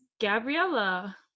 Gabriella